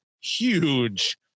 huge